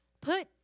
put